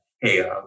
hey